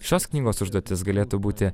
šios knygos užduotis galėtų būti